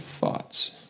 thoughts